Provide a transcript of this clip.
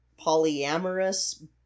polyamorous